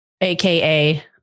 AKA